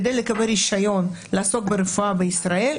כדי לקבל רישיון לעסוק ברפואה בישראל,